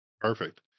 Perfect